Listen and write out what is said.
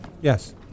Yes